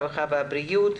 הרווחה ובריאות.